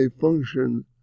function